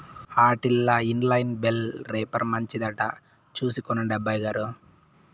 ఆటిల్ల inline bale wrapper మంచిదట చూసి కొనండి అబ్బయిగారు